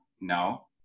No